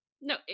no